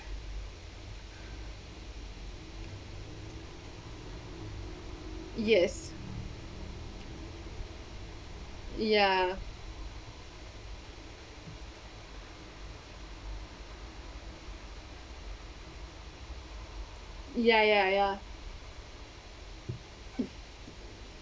yes ya ya ya ya